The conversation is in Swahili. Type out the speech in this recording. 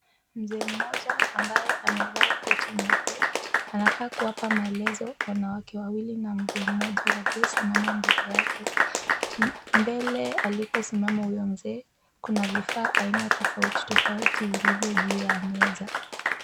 Mzee mmoja ambaye amevaa koti nyeupe anakaa kuwapa maelezo wanawake wawili na mzee mmoja waliosimama mbele yake. Mbele aliposimama huyo mzee kuna vifaa aina tofauti tofauti vilivyo juu ya meza.